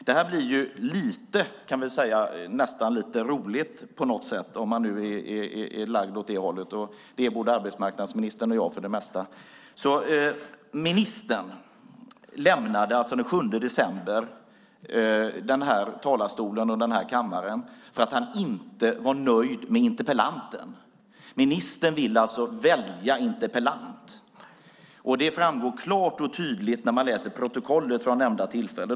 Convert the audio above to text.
Det blir nästan lite roligt, om man är lagd åt det hållet. Det är både arbetsmarknadsministern och jag för det mesta. Ministern lämnade alltså den 7 december den här talarstolen och kammaren för att han inte var nöjd med interpellanten. Ministern vill alltså välja interpellant. Det framgår klart och tydligt av protokollet från nämnda tillfälle.